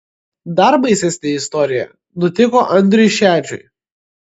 dar baisesnė istorija nutiko andriui šedžiui